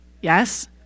Yes